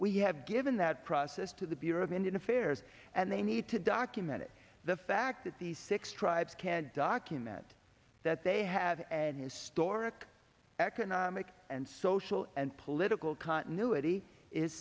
we have given that process to the bureau of indian affairs and they need to document it the fact that these six tribes can document that they have an historic economic and social and political continuity is